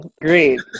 great